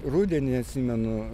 rudenį atsimenu